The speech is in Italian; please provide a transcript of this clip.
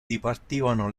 dipartivano